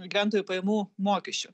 gyventojų pajamų mokesčiu